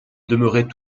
demeurait